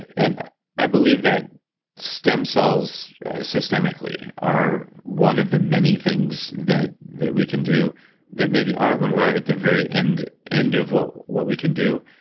and i believe that stem cells systematically are one of the many things that that we can do that maybe aren't when we're at the very end end of what what we can do.